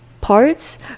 parts